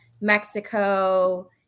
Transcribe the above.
Mexico